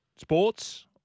Sports